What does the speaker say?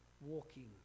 walking